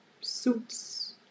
suits